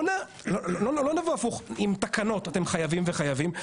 לא נבוא הפוך עם תקנות חייבים וחייבים,